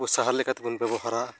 ᱟᱵᱚ ᱥᱟᱦᱟᱨ ᱞᱮᱠᱟ ᱛᱮᱵᱚᱱ ᱵᱮᱵᱚᱦᱟᱨᱟ